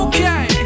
Okay